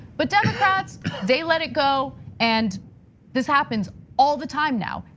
but democrats, they let it go, and this happens all the time now.